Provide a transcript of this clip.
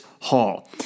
Hall